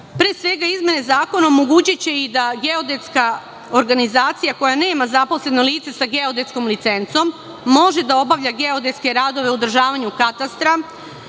Pre svega, izmene Zakona omogućiće i da geodetska organizacija, koja nema zaposlena lica sa geodetskom licencom, može da obavlja geodetske radove u odražavanju katastra